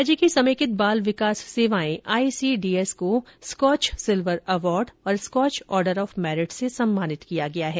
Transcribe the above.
राज्य के समेकित बाल विकास सेवाएं आईसीडीएस को स्कॉच सिल्वर अवार्ड और स्कॉच ऑर्डर ऑफ मेरिट से सम्मानित किया गया है